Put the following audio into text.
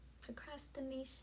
procrastination